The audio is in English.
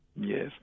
Yes